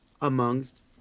amongst